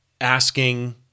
asking